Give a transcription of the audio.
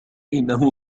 إنه